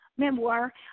memoir